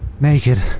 Naked